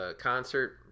concert